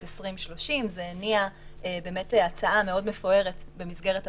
2030. זה הניע הצעה מאוד מפוארת במסגרת המחליטים,